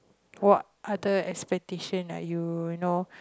what other expectation are you know